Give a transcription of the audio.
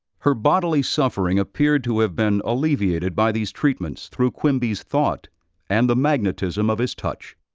her bodily suffering appeared to have been alleviated by these treatments through quimby's thought and the magnetism of his touch.